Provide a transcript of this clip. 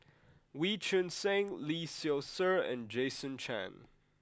Wee Choon Seng Lee Seow Ser and Jason Chan